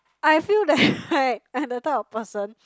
I feel that I'm the type of person